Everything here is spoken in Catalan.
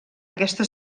aquesta